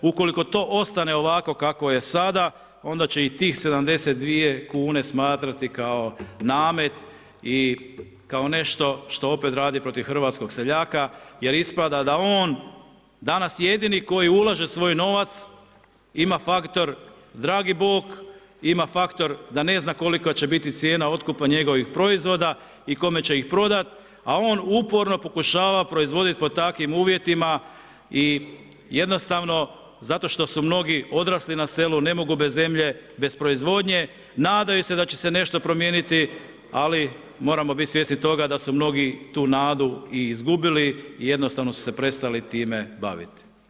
Ukoliko to ostane ovako kakvo je sada, onda će i tih 72 kune smatrati kao namet i kao nešto što opet radi protiv hrvatskog seljaka jer ispada da on danas jedini koji ulaže svoj novac, ima faktor, dragi Bog, ima faktor da ne zna kolika će biti cijena otkupa njegovih proizvoda i kome će ih prodat, a on uporno pokušava proizvodit pod takvim uvjetima i jednostavno zato što su mnogi odrasli na selu, ne mogu bez zemlje, bez proizvodnje, nadaju se da će se nešto promijeniti, ali moramo bit svjesni toga da su mnogi tu nadu i izgubili i jednostavno su se prestali time bavit.